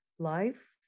life